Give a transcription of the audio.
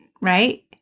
right